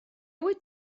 wyt